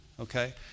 Okay